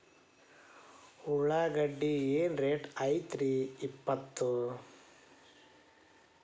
ಉಳ್ಳಾಗಡ್ಡಿ ಏನ್ ರೇಟ್ ಐತ್ರೇ ಇಪ್ಪತ್ತು?